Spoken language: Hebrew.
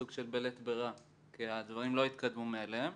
סוג של בלית ברירה כי הדברים לא התקדמו מאליהם.